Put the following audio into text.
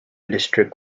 district